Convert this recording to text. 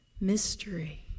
Mystery